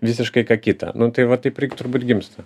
visiškai ką kita nu tai va taip ir turbūt gimsta